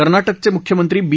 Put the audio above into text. कर्नाटकचे मुख्यमंत्री बी